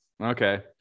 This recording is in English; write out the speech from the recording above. Okay